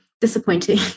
disappointing